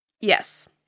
Yes